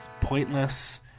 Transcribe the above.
pointless